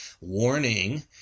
warning